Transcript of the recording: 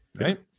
Right